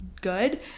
good